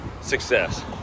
success